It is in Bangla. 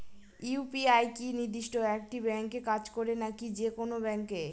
ইউ.পি.আই কি নির্দিষ্ট একটি ব্যাংকে কাজ করে নাকি যে কোনো ব্যাংকে?